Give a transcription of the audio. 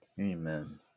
Amen